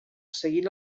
seguint